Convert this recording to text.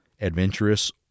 adventurous